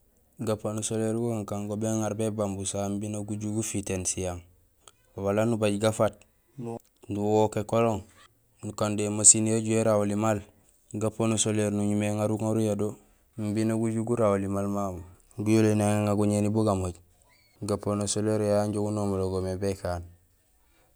Gapano soléér gu kakan go béŋaar bébang busaha, imbi nak guju gufitéén siyang wala nubaj gafat nuwook ékolong nukando émasiin ya juhé érawuli maal, gapano soléér nuñumé éŋar uja do imbi nak guju gurawuli maal mamu guyoléni éŋa guñéni bu gamooj; gapano soléér yo yayé yanj gunomulogo mé békaan.